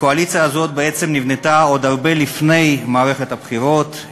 הקואליציה הזאת בעצם נבנתה עוד הרבה לפני מערכת הבחירות.